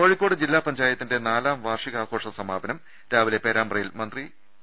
കോഴിക്കോട് ജില്ലാ പഞ്ചായത്തിന്റെ നാലാം വാർഷികാഘോഷ സമാ പനം രാവിലെ പേരാമ്പ്രയിൽ മന്ത്രി ടി